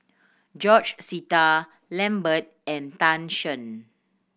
George Sita Lambert and Tan Shen